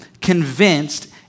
convinced